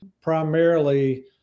primarily